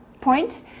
point